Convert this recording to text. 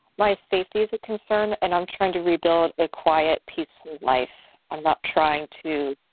my safety is a concern and i'm trying to rebuild a quiet, peaceful life. i'm not trying to.